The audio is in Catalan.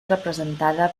representada